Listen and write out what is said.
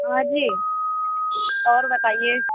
ہاں جی اور بتائیے